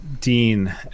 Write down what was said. dean